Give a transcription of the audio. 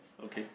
okay